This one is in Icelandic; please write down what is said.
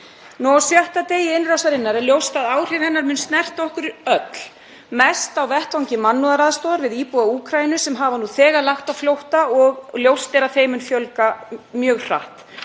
Nú á sjötta degi innrásarinnar er ljóst að áhrif hennar munu snerta okkur öll, mest á vettvangi mannúðaraðstoðar við íbúa Úkraínu sem hafa nú þegar lagt á flótta og ljóst er að þeim mun fjölga mjög hratt.